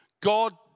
God